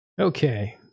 Okay